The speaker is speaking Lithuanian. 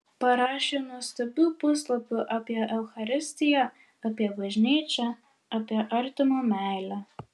parašė nuostabių puslapių apie eucharistiją apie bažnyčią apie artimo meilę